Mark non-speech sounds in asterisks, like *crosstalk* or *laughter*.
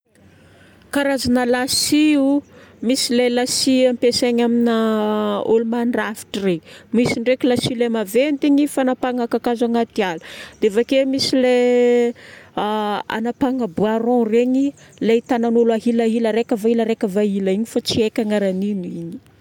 Karazagna lasi o, misy le lasi ampiasaigna amina olo-mandrafitra regny. Misy ndraiky lasi le maventy igny, fanapahagna kakazo agnaty ala. Dia vake misy le *hesitation* anapahagna bois rond regny lay tagnan'olo ahilahila raika fa ila raika va ila igny fa tsy haiko agnaran'igny.